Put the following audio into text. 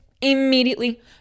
immediately